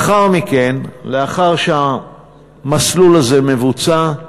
לאחר מכן, לאחר שהמסלול הזה מבוצע,